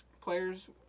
players